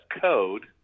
code